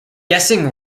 guessing